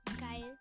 Guys